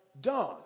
done